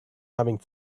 having